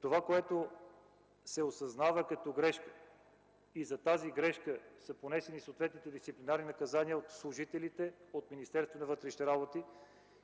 Това, което се осъзнава като грешка и за тази грешка са понесени съответните дисциплинарни наказания от служителите от Министерството на вътрешните работи,